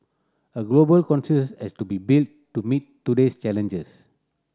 a global consensus has to be built to meet today's challenges